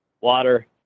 water